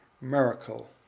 Miracle